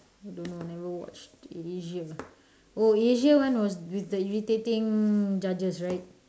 I don't know never watch asia one oh asia one was with the irritating judges right